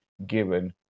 given